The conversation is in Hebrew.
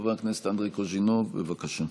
חבר הכנסת אנדרי קוז'ינוב, בבקשה.